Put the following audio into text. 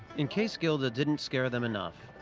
in case gilda didn't scare them enough,